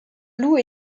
loup